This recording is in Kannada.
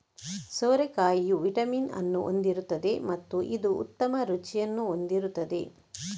ಸೋರೆಕಾಯಿಯು ವಿಟಮಿನ್ ಅನ್ನು ಹೊಂದಿರುತ್ತದೆ ಮತ್ತು ಇದು ಉತ್ತಮ ರುಚಿಯನ್ನು ಹೊಂದಿರುತ್ತದೆ